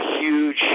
huge